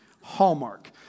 Hallmark